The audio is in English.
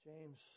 James